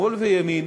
שמאל וימין,